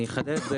אני אחדד.